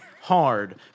hard